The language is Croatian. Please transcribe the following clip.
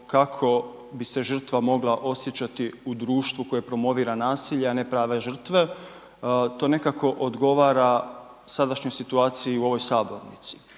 kako bi se žrtva mogla osjećati u društvu koje promovira nasilje, a ne prava žrtve, to nekako odgovara sadašnjoj situaciji u ovoj sabornici,